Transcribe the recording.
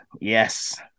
Yes